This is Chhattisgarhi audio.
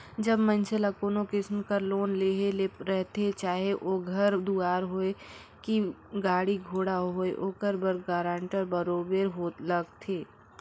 जब मइनसे ल कोनो किसिम कर लोन लेहे ले रहथे चाहे ओ घर दुवार होए कि गाड़ी घोड़ा होए ओकर बर गारंटर बरोबेर लागथे